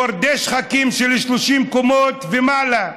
גורדי שחקים של 30 קומות ומעלה,